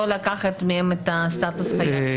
לא לקחת מהם את הסטטוס של חייל בודד.